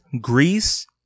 Greece